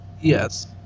Yes